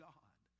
God